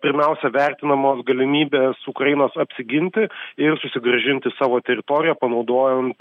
pirmiausia vertinamos galimybės ukrainos apsiginti ir susigrąžinti savo teritoriją panaudojant